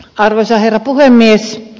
arvoisa herra puhemies